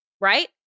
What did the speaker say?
Right